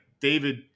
David